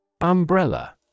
Umbrella